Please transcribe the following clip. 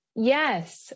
Yes